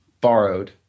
borrowed